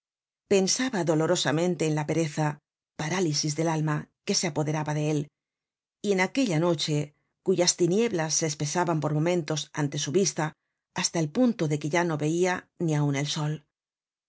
pensaba dolorosamente en la pereza parálisis del alma que se apoderaba de él y en aquella noche cuyas tinieblas se espesaban por momentos ante su vista hasta el punto de que ya no veia ni aun el sol